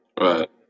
Right